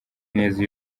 neza